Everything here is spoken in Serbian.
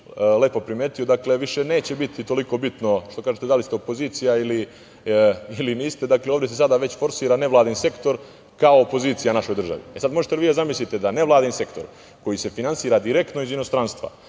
lepo primetio. Dakle, više neće biti toliko bitno, što kažete, da li ste opozicija ili niste, ovde se sada već forsira nevladin sektor kao opozicija našoj državi. Sada možete vi da zamislite da nevladin sektor koji se finansira direktno iz inostranstva